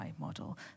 model